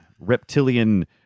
reptilian